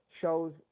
shows